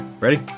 Ready